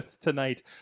tonight